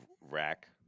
rack